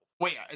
Wait